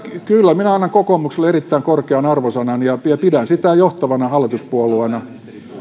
kyllä minä annan kokoomukselle erittäin korkean arvosanan ja pidän sitä johtavana hallituspuolueena